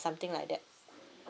something like that